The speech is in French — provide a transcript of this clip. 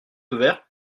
ouverts